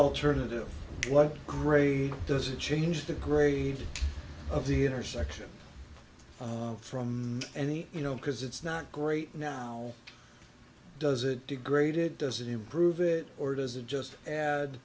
alternative what grade does it change the greed of the intersection from any you know because it's not great now does it degraded does it improve it or does it just